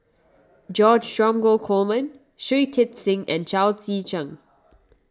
George Dromgold Coleman Shui Tit Sing and Chao Tzee Cheng